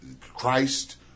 Christ